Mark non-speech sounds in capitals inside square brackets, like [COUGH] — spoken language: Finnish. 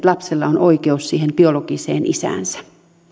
[UNINTELLIGIBLE] lapsella oikeutta siihen biologiseen isäänsä